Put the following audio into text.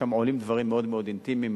שם עולים דברים מאוד מאוד אינטימיים,